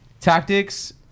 Tactics